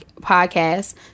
podcast